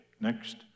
next